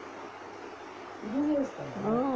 ah